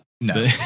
No